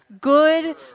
Good